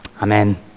Amen